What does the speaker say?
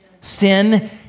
Sin